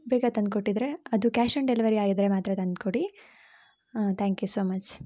ಬೇಗ ತಂದು ಕೊಟ್ಟಿದ್ರೆ ಅದು ಕ್ಯಾಶ್ ಆನ್ ಡೆಲವರಿ ಆಗಿದ್ರೆ ಮಾತ್ರ ತಂದುಕೊಡಿ ತ್ಯಾಂಕ್ ಯು ಸೊ ಮಚ್